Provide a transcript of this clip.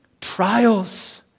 trials